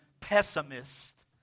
Pessimist